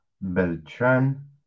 Beltran